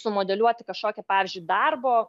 sumodeliuoti kažkokią pavyzdžiui darbo